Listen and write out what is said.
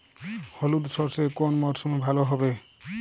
হলুদ সর্ষে কোন মরশুমে ভালো হবে?